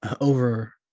over